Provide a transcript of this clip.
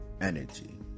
energy